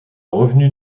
revenu